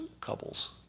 couples